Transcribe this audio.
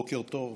בוקר טוב,